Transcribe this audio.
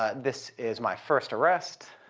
ah this is my first arrest.